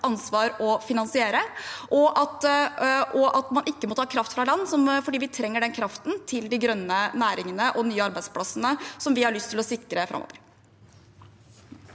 staten Norge, og at man ikke må ta kraft fra land, for vi trenger den kraften til de grønne næringene og de nye arbeidsplassene som vi har lyst til å sikre framover.